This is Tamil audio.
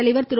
தலைவர் திரு